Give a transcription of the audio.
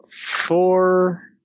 four